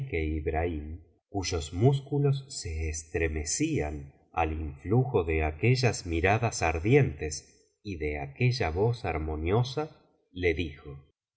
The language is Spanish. cuyos músculos se estremecían al influjo de aquellas miradas ardientes y de aquella voz armoniosa le dijo